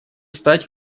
стать